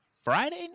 Friday